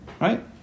right